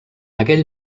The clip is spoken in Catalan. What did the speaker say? aquell